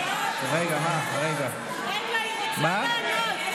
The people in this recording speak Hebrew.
רגע, רגע, היא רוצה לענות.